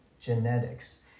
genetics